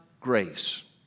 grace